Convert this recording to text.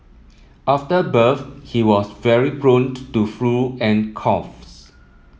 after birth he was very prone to flu and coughs